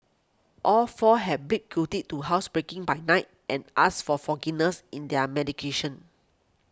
all four have pick guilty to housebreaking by night and asked for forgiveness in their mitigation